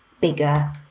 bigger